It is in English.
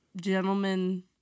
gentlemen